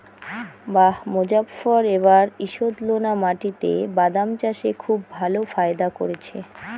বাঃ মোজফ্ফর এবার ঈষৎলোনা মাটিতে বাদাম চাষে খুব ভালো ফায়দা করেছে